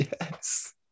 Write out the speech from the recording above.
Yes